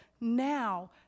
now